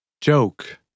Joke